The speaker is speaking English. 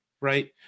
right